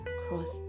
cross